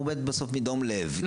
הוא מת בסוף מדום לב.